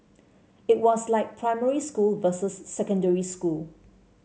it was like primary school versus secondary school